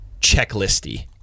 checklisty